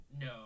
No